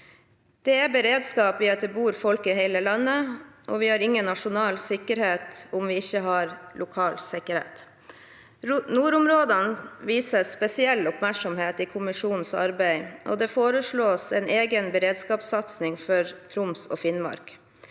Det er beredskap i at det bor folk i hele landet, og vi har ingen nasjonal sikkerhet om vi ikke har lokal sikkerhet. Nordområdene vises spesiell oppmerksomhet i kommisjonens arbeid, og det foreslås en egen beredskapssatsing for Troms og Finnmark.